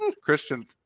Christian